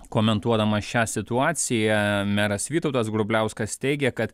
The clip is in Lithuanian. komentuodamas šią situaciją meras vytautas grubliauskas teigė kad